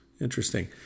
interesting